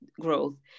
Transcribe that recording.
growth